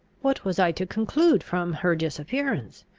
what was i to conclude from her disappearance!